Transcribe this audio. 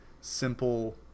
simple